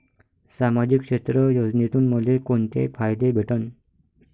सामाजिक क्षेत्र योजनेतून मले कोंते फायदे भेटन?